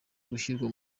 gushyirwa